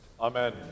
Amen